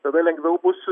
tada lengviau bus